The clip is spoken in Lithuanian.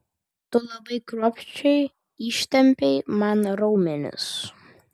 tu labai kruopščiai ištempei man raumenis